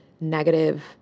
negative